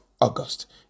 August